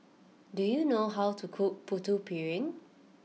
do you know how to cook Putu Piring